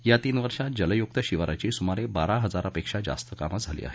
या तीन वर्षात जलयुक्त शिवारची सुमारे बारा हजारापेक्षा जास्त कामं झाली आहेत